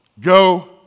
go